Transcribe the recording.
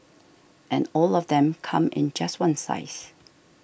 and all of them come in just one size